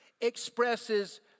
expresses